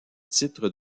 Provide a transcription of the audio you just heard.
titre